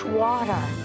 water